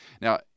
Now